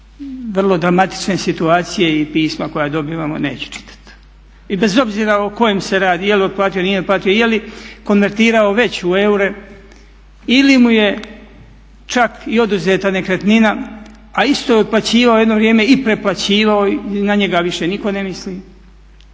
vrlo dramatične situacije i pisma koja dobivamo, neću čitati. I bez obzira o kojem se radi je li otplatio, nije otplatio, je li konvertirao već u eure ili mu je čak i oduzeta nekretnina a isto je otplaćivao jedno vrijeme i preplaćivao i na njega više nitko ne misli.